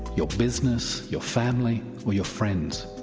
your business, your family or your friends.